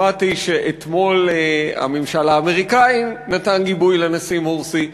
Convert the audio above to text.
שמעתי שאתמול הממשל האמריקני נתן גיבוי לנשיא מורסי.